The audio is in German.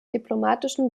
diplomatischen